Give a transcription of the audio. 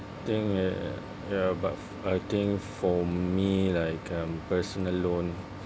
think uh ya but I think for me like um personal loan